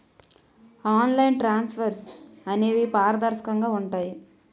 online transfers అనేవి పారదర్శకంగా ఉంటాయి